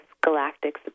galactic